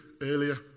earlier